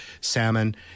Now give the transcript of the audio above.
Salmon